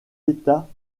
états